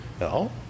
No